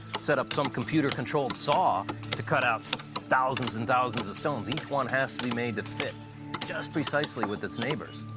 set up some computer controlled saw to cut out thousands and thousands of stones. each one has to be made to fit just precisely with its neighbors.